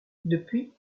depuis